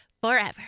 forever